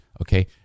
okay